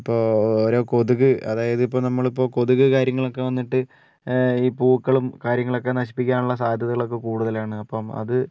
ഇപ്പോൾ ഓരോ കൊതുക് അതായത് ഇപ്പോൾ നമ്മളിപ്പോൾ കൊതുക് കാര്യങ്ങളൊക്കേ വന്നിട്ട് ഈ പൂക്കളും കാര്യങ്ങളൊക്കേ നശിപ്പിക്കാൻ ഉള്ള സാദ്ധ്യതകൾ ഒക്കേ കൂടുതലാണ് അപ്പം അത്